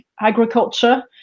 agriculture